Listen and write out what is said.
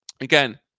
Again